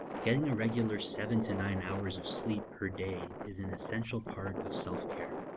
getting a regular seven to nine hours of sleep per day is an essential part of self-care.